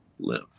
live